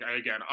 again